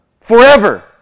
forever